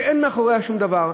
שאין מאחוריה שום דבר,